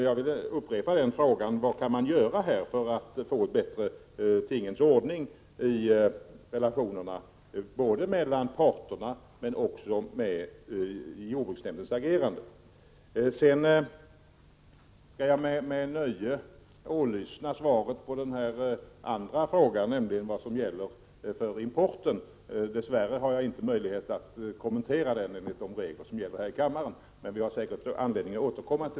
Jag vill upprepa frågan: Vad kan man göra för att få en bättre tingens ordning, både i relationerna mellan parterna och i fråga om jordbruksnämndens agerande? Jag skall med nöje lyssna på svaret på den andra frågan, vad som gäller för importen. Dess värre har jag inte möjlighet att kommentera den enligt de regler som gäller här i kammaren, men vi får säkert anledning att återkomma.